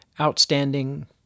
outstanding